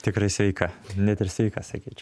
tikrai sveika net ir sveika sakyčiau